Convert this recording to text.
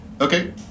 Okay